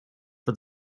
for